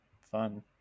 Fun